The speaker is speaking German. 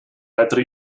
weitere